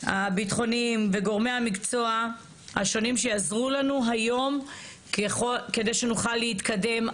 הביטחוניים וגורמי המקצוע השונים שיעזרו לנו היום כדי שנוכל להתקדם.